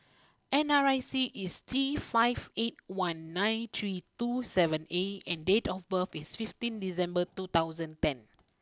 N R I C is T five eight one nine three two seven A and date of birth is fifteen December two thousand ten